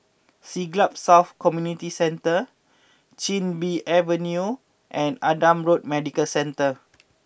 Siglap South Community Centre Chin Bee Avenue and Adam Road Medical Centre